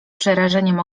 przerażeniem